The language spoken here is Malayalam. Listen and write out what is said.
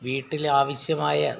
വീട്ടിലാവശ്യമായ